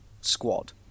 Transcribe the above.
squad